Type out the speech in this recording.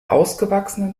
ausgewachsenen